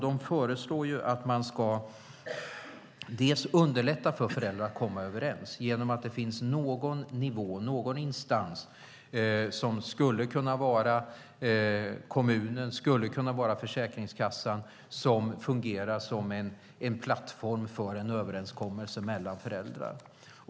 De föreslår att vi ska underlätta för föräldrar att komma överens genom att det ska finnas någon nivå, någon instans - det skulle kunna vara kommunen eller Försäkringskassan - som fungerar som en plattform för en överenskommelse mellan föräldrar.